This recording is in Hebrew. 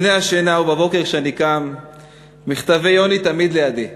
לפני השינה ובבוקר כשאני קם "מכתבי יוני" תמיד לידי.